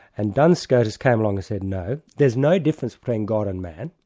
and duns scotus came along and said, no, there's no difference between god and man,